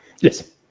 Yes